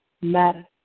matter